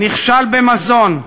נכשל במזון.